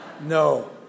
No